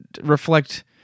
reflect